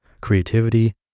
creativity